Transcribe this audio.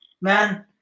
Man